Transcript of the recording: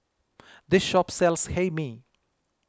this shop sells Hae Mee